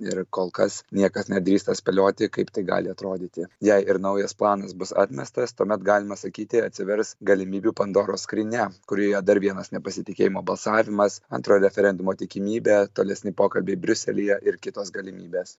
ir kol kas niekas nedrįsta spėlioti kaip tai gali atrodyti jei ir naujas planas bus atmestas tuomet galima sakyti atsivers galimybių pandoros skrynia kurioje dar vienas nepasitikėjimo balsavimas antro referendumo tikimybė tolesni pokalbiai briuselyje ir kitos galimybės